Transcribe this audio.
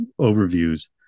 overviews